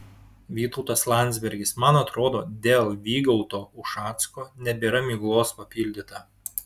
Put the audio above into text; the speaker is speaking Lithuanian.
vytautas landsbergis man atrodo dėl vygaudo ušacko nebėra miglos papildyta